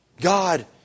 God